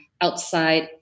outside